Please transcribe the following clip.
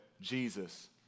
Jesus